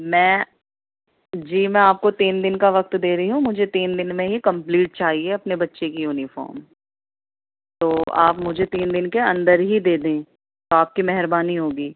میں جی میں آپ کو تین دن کا وقت دے رہی ہوں مجھے تین دن میں ہی کمپلیٹ چاہیے اپنے بچے کی یونیفام تو آپ مجھے تین دن کے اندر ہی دے دیں تو آپ کی مہربانی ہوگی